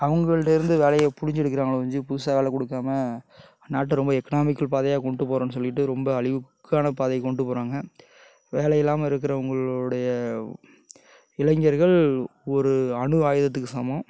அவங்கள்ட்ட இருந்து வேலையை புழிஞ்சு எடுக்கறாங்களோ ஒழிஞ்சு புதுசாக வேலை கொடுக்காம நாட்டை ரொம்ப எக்னாமிக்கல் பாதையாக கொண்டுட்டு போகறோன்னு சொல்லிவிட்டு ரொம்ப அழிவுக்கான பாதைக் கொண்ட்டு போகறாங்க வேலையில்லாமல் இருக்கறவங்களுடைய இளைஞர்கள் ஒரு அணு ஆயுதத்துக்கு சமம்